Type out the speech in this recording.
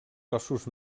cossos